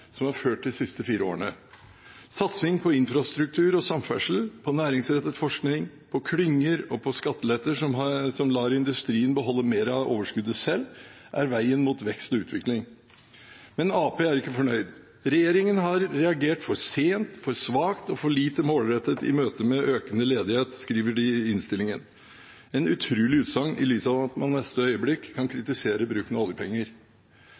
som er ført de siste fire årene. Satsing på infrastruktur og samferdsel, på næringsrettet forskning, på klynger og på skatteletter som lar industrien beholde mer av overskuddet selv, er veien mot vekst og utvikling. Men Arbeiderpartiet er ikke fornøyd: «Regjeringen har reagert for sent, for svakt og for lite målrettet i møte med økende ledighet.» Det skriver de i innstillingen. Det er et utrolig utsagn i lys av at man i neste øyeblikk kan kritisere bruken av oljepenger.